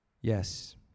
Yes